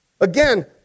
Again